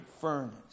furnace